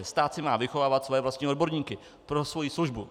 Stát si má vychovávat svoje vlastní odborníky pro svoji službu.